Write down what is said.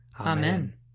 Amen